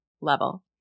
level